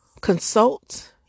consult